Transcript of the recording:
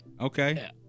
Okay